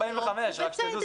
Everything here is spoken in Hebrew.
תדעו שזה היה 45 יום, וזה ירד.